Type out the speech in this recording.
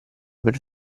per